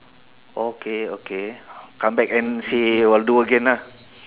okay okay come back and say what do again ah